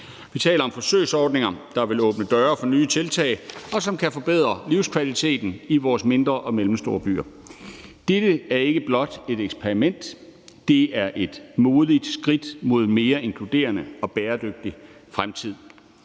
Vi taler om forsøgsordninger, der vil åbne døre for nye tiltag, og som kan forbedre livskvaliteten i vores mindre og mellemstore byer. Dette er ikke blot et eksperiment; det er et modigt skridt mod en mere inkluderende og bæredygtig fremtid.